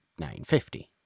1950